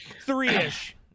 three-ish